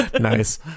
Nice